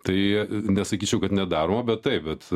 tai nesakyčiau kad nedaroma bet taip bet